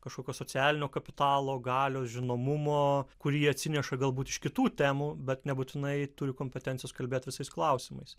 kažkokio socialinio kapitalo galios žinomumo kurį atsineša galbūt iš kitų temų bet nebūtinai turi kompetencijos kalbėt visais klausimais